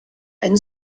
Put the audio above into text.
ein